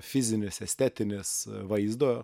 fizinis estetinis vaizdo